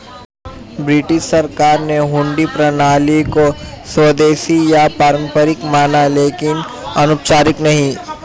British सरकार ने हुंडी प्रणाली को स्वदेशी या पारंपरिक माना लेकिन अनौपचारिक नहीं